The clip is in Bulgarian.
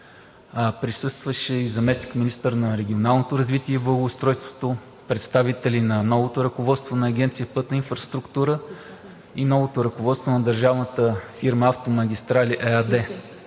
присъстваше и заместник-министър на регионалното развитие и благоустройството, представители на новото ръководство на Агенция „Пътна инфраструктура“ и новото ръководство на държавната фирма „Автомагистрали“ ЕАД.